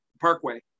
parkway